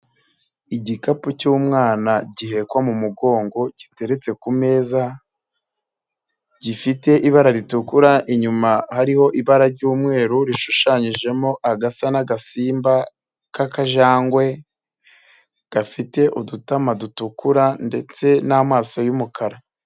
Igikapu cy'umwana gihekwa mu mugongo giteretse ku meza, gifite ibara ritukura, inyuma hariho ibara ry'umweru rishushanyijemo agasa n'agasimba k'akajangwe, gafite udutama dutukura ndetse n'amaso y'umukara.